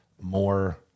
more